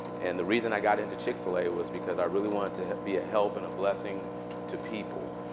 and the reason i got into chick-fil-a was because i really wanted to be a help and a blessing to people.